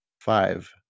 five